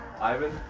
Ivan